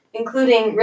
including